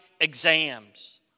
exams